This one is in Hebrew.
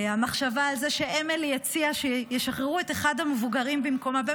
המחשבה על זה שאמילי הציעה שישחררו את אחד המבוגרים במקומה,